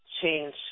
change